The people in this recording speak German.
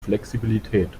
flexibilität